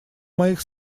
моих